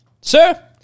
Sir